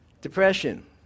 Depression